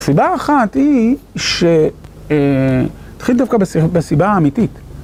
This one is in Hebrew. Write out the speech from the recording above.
סיבה אחת היא ש..., נתחיל דווקא בסיבה האמיתית.